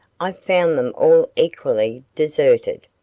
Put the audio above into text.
i found them all equally deserted.